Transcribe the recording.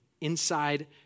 inside